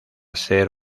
ser